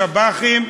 שב"חים,